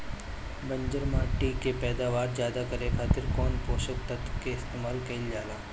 बंजर माटी के पैदावार ज्यादा करे खातिर कौन पोषक तत्व के इस्तेमाल कईल जाला?